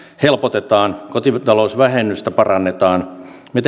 helpotetaan kotitalousvähennystä parannetaan me